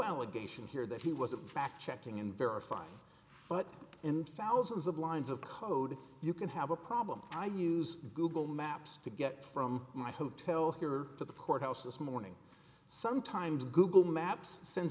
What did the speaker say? allegation here that he was a fact checking and verify but and thousands of lines of code you can have a problem i use google maps to get from my hotel here to the courthouse this morning sometimes google maps sends